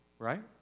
Right